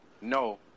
No